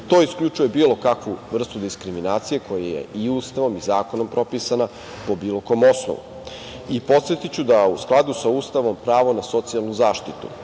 To isključuje bilo kakvu vrstu diskriminacije koja je Ustavom i zakonom propisana po bilo kom osnovu. Podsetiću da, u skladu sa Ustavom, pravo na socijalnu zaštitu